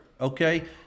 okay